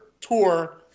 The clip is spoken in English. tour